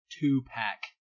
two-pack